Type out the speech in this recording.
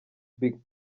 big